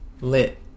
Lit